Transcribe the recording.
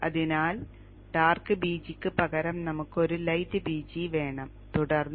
അതിനാൽ dark b g ക്ക് പകരം നമുക്ക് ഒരു ലൈറ്റ് b g വേണം തുടർന്ന് അത്